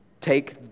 take